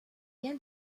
bien